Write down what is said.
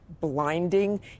blinding